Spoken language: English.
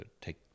take